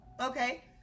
okay